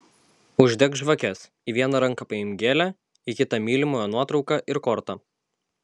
uždek žvakes į vieną ranką paimk gėlę į kitą mylimojo nuotrauką ir kortą